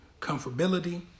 comfortability